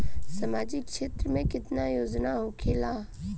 सामाजिक क्षेत्र में केतना योजना होखेला?